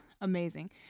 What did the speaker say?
Amazing